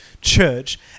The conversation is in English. church